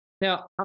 Now